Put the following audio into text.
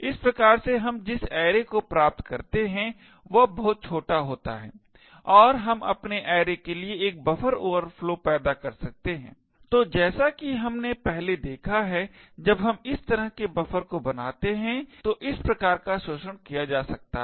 इस प्रकार से हम जिस ऐरे को प्राप्त करते हैं वह बहुत छोटा होता है और हम अपने ऐरे के लिए एक बफर ओवरफ्लो पैदा कर सकते हैं तो जैसा कि हमने पहले देखा है जब हम इस तरह के बफर को बनाते हैं तो इस प्रकार शोषण किया जा सकता है